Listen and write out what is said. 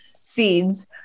seeds